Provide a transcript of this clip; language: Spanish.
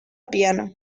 piano